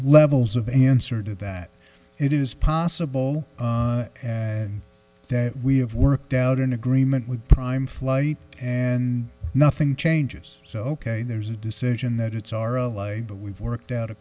levels of answer to that it is possible and that we have worked out an agreement with prime flight and nothing changes so ok there's a decision that it's our ally but we've worked out a